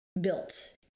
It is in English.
built